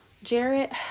Jarrett